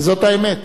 וזאת האמת,